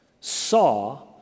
saw